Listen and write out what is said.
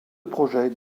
projet